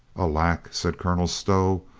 alack, said colonel stow,